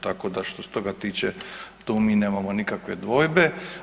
Tako da što se toga tiće tu mi nemamo nikakve dvojbe.